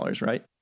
right